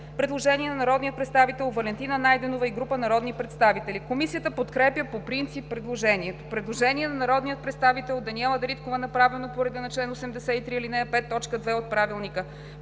предложение на народния представител Валентина Найденова и група народни представители. Комисията подкрепя по принцип предложението. Предложение на народния представител Даниела Дариткова, направено по реда на чл. 83, ал. 5, т. 2 от Правилника.